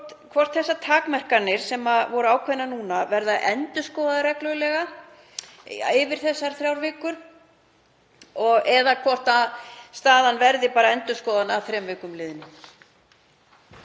hvort þær takmarkanir sem voru ákveðnar núna verði endurskoðaðar reglulega yfir þessar þrjár vikur eða hvort staðan verði endurskoðuð að þrem vikum liðnum.